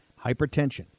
Hypertension